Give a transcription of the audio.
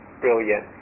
brilliant